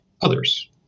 others